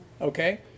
okay